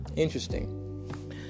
Interesting